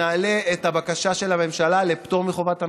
נעלה את הבקשה של הממשלה לפטור מחובת הנחה.